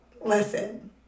Listen